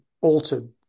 altered